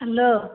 hello